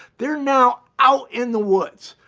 they're now out in the woods.